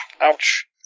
Ouch